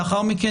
לאחר מכן,